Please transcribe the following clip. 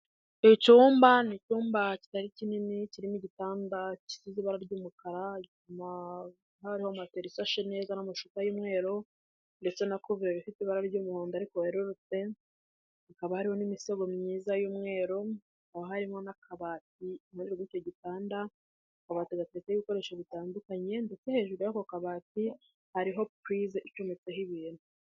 Icyumba ni icyumba kitari kinini kirimo igitanda k'ibara ry'umukara harimo matera ishashe neza n'amashuka y'umweru ndetse na kuvureri ufite ibara ry'umuhondo ariko werurutse hakaba hariho n'imisego myiza y'umweru hakaba harimo n'akabati iruhande rw'icyo gitanda akabati hafite ibikoresho bitandukanye ndetse hejuru y'ako kabati hariho purize icometseho ibintu.